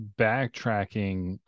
backtracking